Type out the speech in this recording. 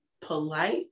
polite